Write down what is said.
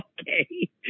Okay